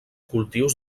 cultius